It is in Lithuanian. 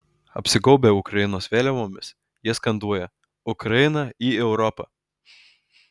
apsigaubę ukrainos vėliavomis jie skanduoja ukrainą į europą